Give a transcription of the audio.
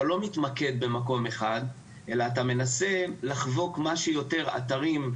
אתה לא מתמקד במקום אחד אלא מנסה לחבוק כמה שיותר אתרים,